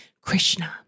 Krishna